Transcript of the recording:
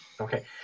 Okay